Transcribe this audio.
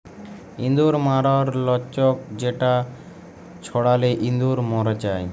ইঁদুর ম্যরর লাচ্ক যেটা ছড়ালে ইঁদুর ম্যর যায়